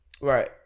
Right